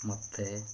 ମତେ